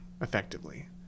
effectively